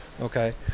Okay